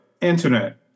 internet